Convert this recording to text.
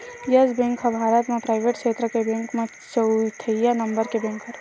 yes Bank ह भारत म private छेत्र के बेंक म चउथइया नंबर के बेंक हरय